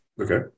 Okay